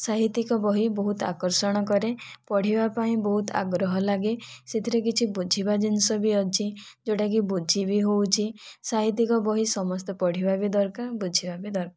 ସାହିତ୍ୟିକ ବହି ବହୁତ ଆକର୍ଷଣ କରେ ପଢ଼ିବା ପାଇଁ ବହୁତ ଆଗ୍ରହ ଲାଗେ ସେଥିରେ କିଛି ବୁଝିବା ଜିନିଷ ବି ଅଛି ଯେଉଁଟା କି ବୁଝିବି ହେଉଛି ସାହିତ୍ୟିକ ବହି ସମସ୍ତେ ପଢ଼ିବା ବି ଦରକାର ଆଉ ବୁଝିବା ବି ଦରକାର